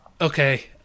okay